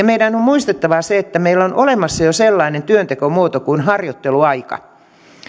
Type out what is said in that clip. meidän on muistettava se että meillä on olemassa jo sellainen työntekomuoto kuin harjoitteluaika